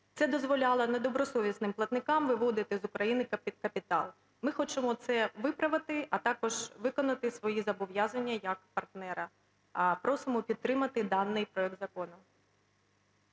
Це дозволяло недобросовісним платникам виводити з України капітал. Ми хочемо це виправити, а також виконати свої зобов'язання як партнера. Просимо підтримати даний проект закону.